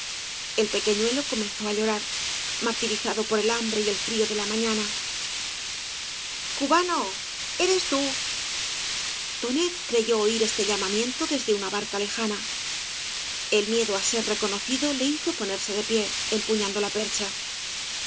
primeros escopetazos el pequeñuelo comenzó á llorar martirizada por el hambre y el frío de la mañana cubano eres tú tonet creyó oir este llamamiento desde una barca lejana el miedo á ser reconocido le hizo ponerse de pie empuñando la percha